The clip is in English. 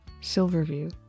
Silverview